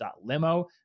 .limo